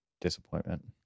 Disappointment